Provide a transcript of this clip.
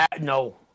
No